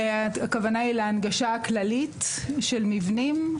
הכוונה היא להנגשה הכללית של מבנים?